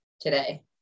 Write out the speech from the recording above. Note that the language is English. today